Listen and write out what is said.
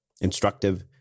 instructive